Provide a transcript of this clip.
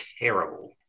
terrible